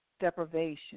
deprivation